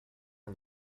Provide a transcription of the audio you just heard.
del